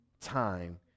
time